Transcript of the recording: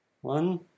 One